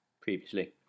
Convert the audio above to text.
previously